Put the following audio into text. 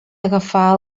agafar